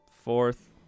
fourth